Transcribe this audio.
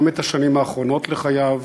גם את השנים האחרונות לחייו,